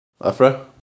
Afra